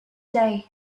day